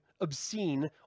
obscene